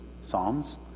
psalms